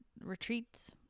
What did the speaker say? retreats